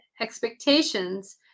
expectations